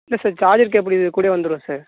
இல்லை sir charger cable இது கூடயே வந்திடும் சார்